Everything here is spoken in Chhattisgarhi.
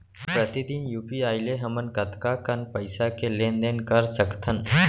प्रतिदन यू.पी.आई ले हमन कतका कन पइसा के लेन देन ल कर सकथन?